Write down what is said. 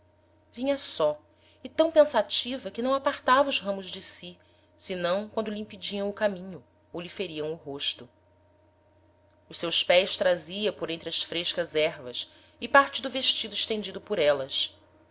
vinha só e tam pensativa que não apartava os ramos de si senão quando lhe impediam o caminho ou lhe feriam o rosto os seus pés trazia por entre as frescas ervas e parte do vestido estendido por élas